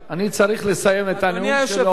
אני צריך לסיים את הנאום שלו,